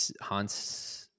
Han's